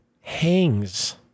hangs